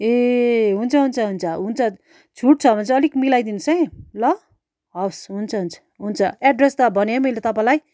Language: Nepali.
ए हुन्छ हुन्छ हुन्छ हुन्छ छुट छ भने चाहिँ अलिक मिलाइ दिनुहोस् है ल हवस् हुन्छ हुन्छ हुन्छ एड्रेस त भने है मैले तपाईँलाई